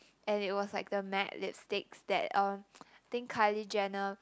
and it was like the matte lip sticks that uh think Kylie Jenner